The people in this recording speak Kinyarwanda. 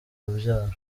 urubyaro